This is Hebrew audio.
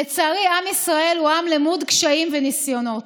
לצערי, עם ישראל הוא עם למוד קשיים וניסיונות.